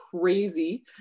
crazy